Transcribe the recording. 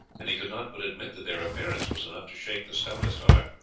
and he could not but admit that their appearance was enough to shake the stoutest heart.